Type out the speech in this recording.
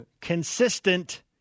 Consistent